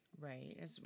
Right